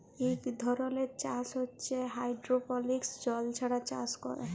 ইক ধরলের চাষ হছে হাইডোরোপলিক্স জল ছাড়া চাষ ক্যরে